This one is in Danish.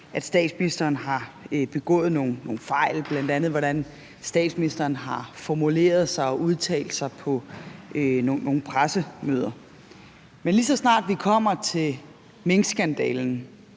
at statsministeren har begået nogle fejl, bl.a. hvordan statsministeren har formuleret sig og udtalt sig på nogle pressemøder. Men lige så snart vi kommer til minkskandalen